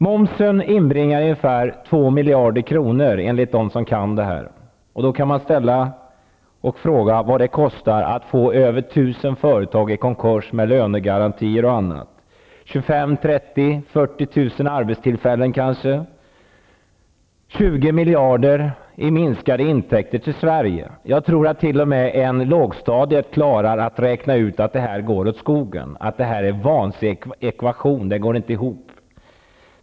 Momsen inbringar ungefär 2 miljarder kronor, enligt dem som kan det här, och då kan man fråga sig vad det kostar när över 1 000 företag går i konkurs, med lönegarantier och annat. Det kanske gäller 25 000, 30 000 eller 40 000 arbetstillfällen och 20 miljarder i minskade intäkter till Sverige. Jag tror att t.o.m. en elev på lågstadiet kan räkna ut att det här går åt skogen, att det är en vansinnig ekvation.